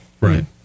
Right